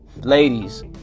ladies